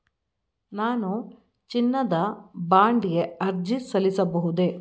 ನಾನು ಚಿನ್ನದ ಬಾಂಡ್ ಗೆ ಅರ್ಜಿ ಸಲ್ಲಿಸಬಹುದೇ?